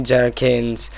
Jerkins